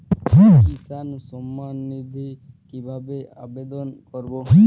কিষান সম্মাননিধি কিভাবে আবেদন করব?